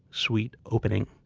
sweet opening,